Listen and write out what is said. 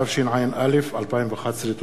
התשע"א 2011. תודה.